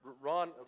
Ron